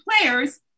players